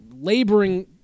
laboring